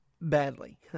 badly